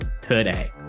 today